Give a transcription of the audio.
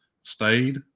stayed